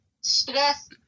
stress